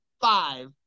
five